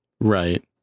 Right